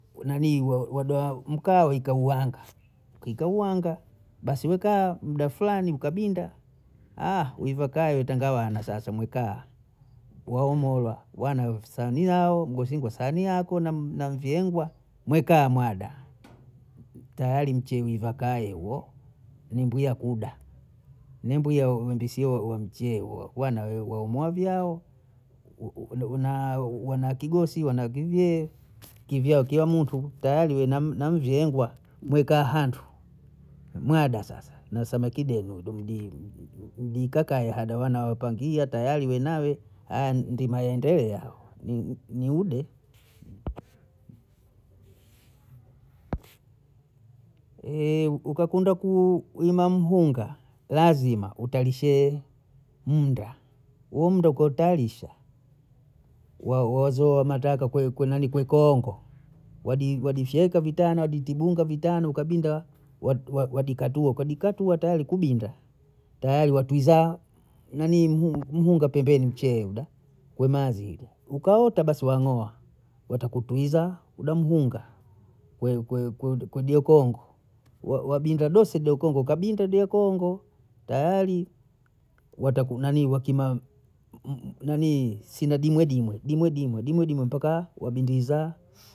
Nanii wadoa mkaa waeka uwanga kieka uwanga basi weka muda Fulani ukabinda wiva kaya watenga wana sasa mwekaa, waomola wana waofsa niao mgosingwa sahani yakwe na mvyeengwa mweka amwada, tayari mcheye uiva kaye huo, ni mbuya kuda ni mbuya uendishie huo mcheye huo wana waumwage hao una wana kigosi wana kivyee kivyao kiya muntu tayari uwe na mvyeengwa, mekaa hantu mada sasa nasama kidogo udiudili udihukakaya hada wana wapangiya tayari we nawe, aya ndima waendelea hao niude. ukakunda ku huima mhunga lazima utaarishe munda huo munda ukautaarisha waozo wanataka kunanii kui- kongo wadi wadifyeka vitana waditibunga vitana ukabinda wadikatua ukadikatua tayari kubinda tayri watwizaa nanii m- mhunga pembeni mcheye hudaa komaa zita ukaota basi wang'oa watakuita huda mhunga ku- ku- kudie kongo wabida dose do kongo kabinda do kongo tayari watakunanii wakima m- nanii sino dimwedimwe dimwedimwe mpaka wadindizaa